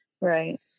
Right